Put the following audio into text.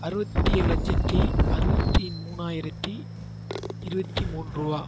அறுபத்தி ஏழு லட்சத்தி அறுபத்தி மூணாயிரத்தி இருபத்தி மூணுரூவா